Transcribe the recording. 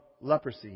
leprosy